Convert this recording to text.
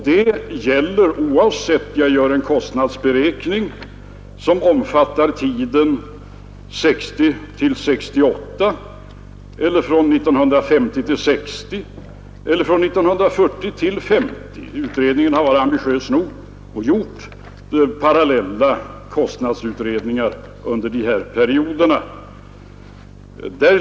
Det gäller oavsett om jag tar en kostnadsberäkning som omfattar tiden 1960—1968, 1950—1960 eller 1940—1950. Utredningen har varit ambitiös nog att göra parallella kostnadsberäkningar för dessa perioder.